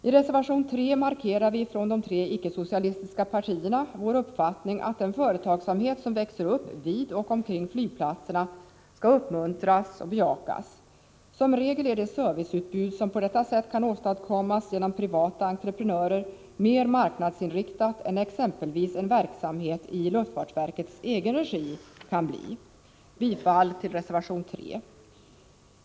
I reservation 3 markerar vi från de tre icke-socialistiska partierna vår uppfattning att den företagsamhet som växer upp vid och omkring flygplatserna skall uppmuntras och bejakas. Som regel är det serviceutbud som på detta sätt kan åstadkommas genom privata entreprenörer mer marknadsinriktat än vad exempelvis en verksamhet i luftfartsverkets regi kan bli. Jag yrkar bifall till reservation 3.